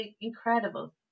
incredible